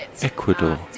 Ecuador